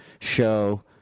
show